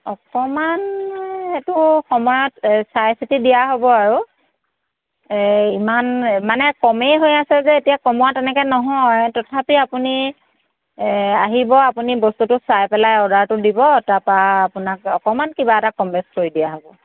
অকণমান সেইটো কমাত চাই চিতি দিয়া হ'ব আৰু ইমান মানে কমেই হৈ আছে যে এতিয়া কমোৱা তেনেকৈ নহয় তথাপি আপুনি আহিব আপুনি বস্তুটো চাই পেলাই অৰ্ডাৰটো দিব তাৰপৰা আপোনাক অকণমান কিবা এটা কম বেছ কৰি দিয়া হ'ব